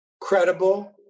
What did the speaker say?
credible